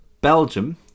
Belgium